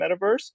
Metaverse